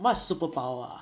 what superpower ah